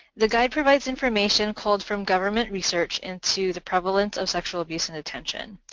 the guide provides information culled from government research and to the prevalence of sexual abuse in detention.